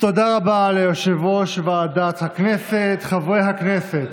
כמו כן, בוועדת החוץ והביטחון יכהן חבר הכנסת